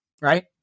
right